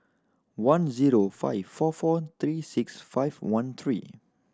one zero five four four three six five one three